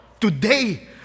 today